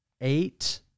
eight